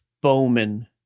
bowman